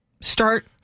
start